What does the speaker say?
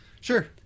Sure